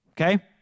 Okay